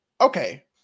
Okay